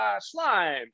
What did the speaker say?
slime